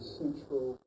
central